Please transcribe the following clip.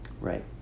Right